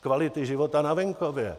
Kvality života na venkově.